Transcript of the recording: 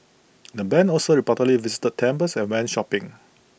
the Band also reportedly visited temples and went shopping